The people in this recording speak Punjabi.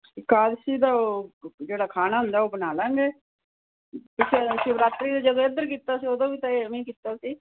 ਇੱਕ ਅਲਸੀ ਦਾ ਉਹ ਜਿਹੜਾ ਖਾਣਾ ਹੁੰਦਾ ਉਹ ਬਣਾ ਲਾਂਗੇ ਸ਼ਿਵਰਾਤਰੀ ਦੀ ਜਦੋਂ ਇੱਧਰ ਕੀਤਾ ਸੀ ਉਦੋਂ ਵੀ ਤਾਂ ਐਵੇਂ ਹੀ ਕੀਤਾ ਸੀ